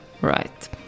Right